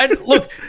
Look